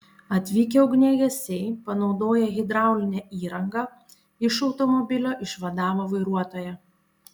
atvykę ugniagesiai panaudoję hidraulinę įrangą iš automobilio išvadavo vairuotoją